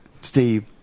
Steve